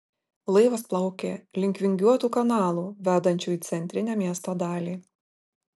laivas plaukė link vingiuotų kanalų vedančių į centrinę miesto dalį